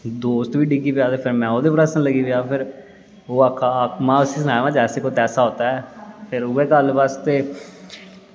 दोस्त बी डिग्गी पेआ ते फिर में ओह्दे पर हस्सन लगी पेआ फिर ओह् आक्खा दा हा में उस्सी आखेआ जैसे को तैसा होता है फिर उऐ गल्ल बस ते